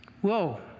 Whoa